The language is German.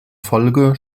folge